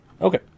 Okay